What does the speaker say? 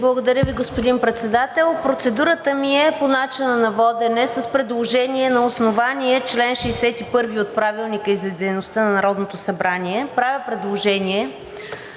Благодаря Ви, господин Председател. Процедурата ми е по начина на водене, с предложение на основание чл. 61 от Правилника за организацията и дейността на Народното събрание. Правя предложение